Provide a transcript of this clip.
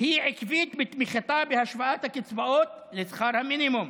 היא עקבית בתמיכתה בהשוואת הקצבאות לשכר המינימום.